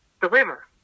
deliver